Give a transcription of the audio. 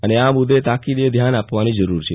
અને આ મુદ્દે તાકિદે ધ્યાન આપવાની જરૂર છે